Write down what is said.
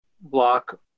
block